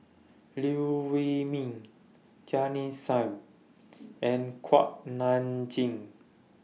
Liew Wee Mee Jamit Singh and Kuak Nam Jin